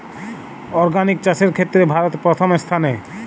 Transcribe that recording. organic চাষের ক্ষেত্রে ভারত প্রথম স্থানে